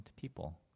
people